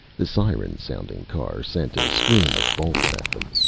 the siren-sounding car send a stream of bolts at them.